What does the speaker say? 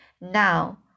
Now